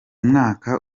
mwaka